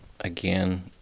again